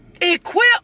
Equip